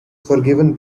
forgiven